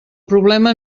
problema